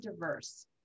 diverse